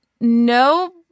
no